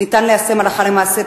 אפשר ליישם הלכה למעשה,